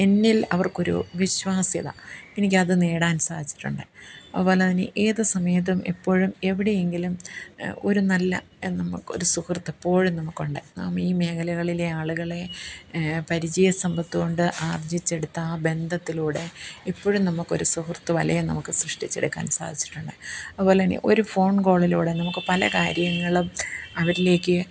എന്നിൽ അവർക്കൊരു വിശ്വാസ്യത എനിക്കത് നേടാൻ സാധിച്ചിട്ടുണ്ട് അതുപോലത്തന്നെ ഏത് സമയത്തും എപ്പോഴും എവിടെയെങ്കിലും ഒരു നല്ല നമുക്കൊരു സുഹൃത്തെപ്പോഴും നമുക്കുണ്ട് നാമീ മേഖലകളിലെ ആളുകളെ പരിചയസമ്പത്തുകൊണ്ട് ആർജിച്ചെടുത്ത ആ ബന്ധത്തിലൂടെ ഇപ്പോഴും നമുക്കൊരു സുഹൃത്ത് വലയം നമുക്ക് സൃഷ്ടിച്ചെടുക്കാൻ സാധിച്ചിട്ടുണ്ട് അതുപോലത്തന്നെ ഒരു ഫോൺ കോളിലൂടെ നമുക്ക് പല കാര്യങ്ങളും അവരിലേക്ക്